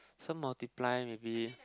some multiply maybe